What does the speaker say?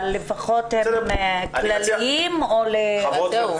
אבל לפחות הם כלליים או ל --- לא,